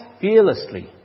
fearlessly